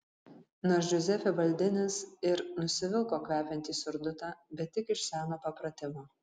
nors džiuzepė baldinis ir nusivilko kvepiantį surdutą bet tik iš seno papratimo